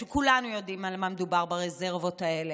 שכולנו יודעים על מה מדובר ברזרבות האלה: